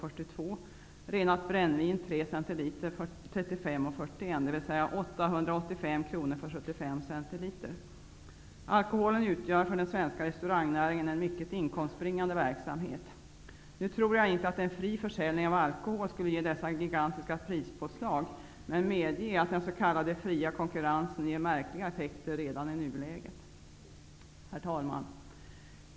För den svenska restaurangnäringen utgör alkoholförsäljning en mycket inkomstbringande verksamhet. Nu tror jag inte att en fri försäljning av alkohol skulle ge dessa gigantiska prispåslag, men medge att den s.k. fria konkurrensen ger märkliga effekter redan i nuläget. Herr talman!